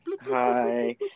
Hi